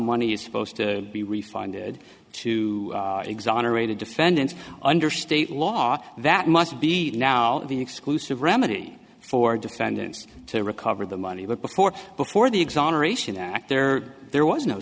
money is supposed to be refunded to exonerated defendants under state law that must be now the exclusive remedy for defendants to recover the money but before before the exoneration act there there was no